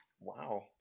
wow